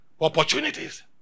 opportunities